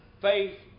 faith